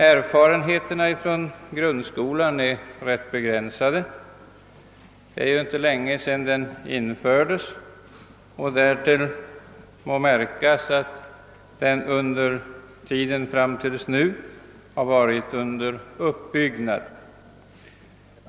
Erfarenheterna från grundskolan är ganska begränsade; det är inte länge sedan den infördes och därtill må märkas att den fram till nu har varit under uppbyggnad.